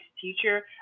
teacher